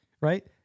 Right